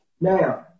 Now